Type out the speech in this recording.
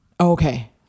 Okay